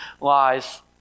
lies